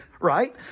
right